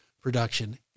Production